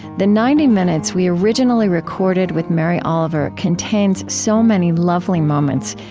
the ninety minutes we originally recorded with mary oliver contains so many lovely moments,